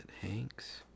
Hanks